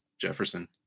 Jefferson